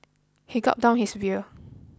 he gulped down his beer